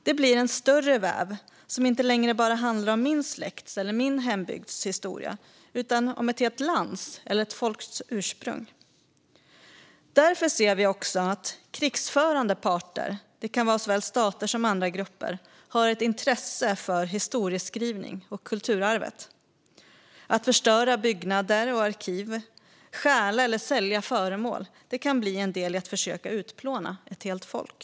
Det blir en större väv som inte längre bara handlar om min släkts eller min hembygds historia utan om ett helt lands eller ett folks ursprung. Därför ser vi också att krigförande parter - det kan vara såväl stater som andra grupper - har ett intresse för historieskrivning och kulturarvet. Att förstöra byggnader och arkiv och stjäla eller sälja föremål kan bli en del i att försöka utplåna ett helt folk.